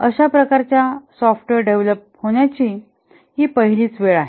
अशा प्रकारचे software develop होण्याची ही पहिलीच वेळ आहे